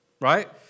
right